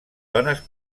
dones